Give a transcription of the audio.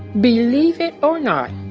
believe it or not,